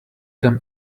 them